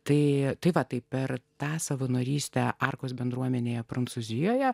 tai tai va taip per tą savo narystę arkos bendruomenėje prancūzijoje